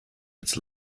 its